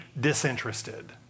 disinterested